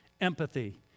Empathy